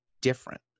different